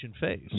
phase